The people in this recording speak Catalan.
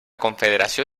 confederació